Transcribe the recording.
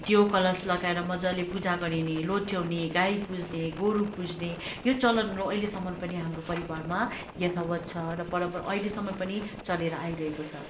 दियो कलश लगाएर मज्जाले पूजा गरिने लोट्याउने गाई पुज्ने गोरु पुज्ने यो चलनहरू अहिलेसम्म पनि हाम्रो परिवारमा यथावत छ र परम् अहिलेसम्म पनि चलेर आइरहेको छ